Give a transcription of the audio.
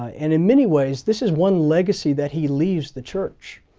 and in many ways this is one legacy that he leaves the church.